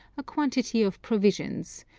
a quantity of provisions,